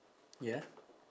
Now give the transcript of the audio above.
ya